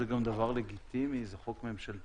זה גם דבר לגיטימי, זה חוק ממשלתי.